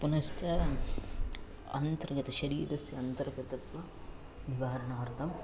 पुनश्च अन्तर्गतशरीरस्य अन्तर्गतत्व निवारणार्थम्